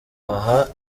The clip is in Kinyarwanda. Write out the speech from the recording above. aha